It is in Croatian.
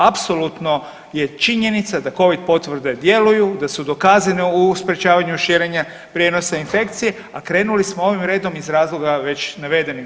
Apsolutno je činjenica da Covid potvrde djeluju, da su dokazane u sprječavanju širenja prijenosa infekcije, a krenuli smo ovim redom iz razloga već navedenim.